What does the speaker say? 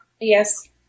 Yes